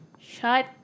shut